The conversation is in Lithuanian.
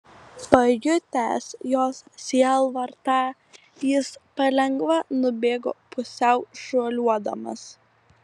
pajutęs jos sielvartą jis palengva nubėgo pusiau šuoliuodamas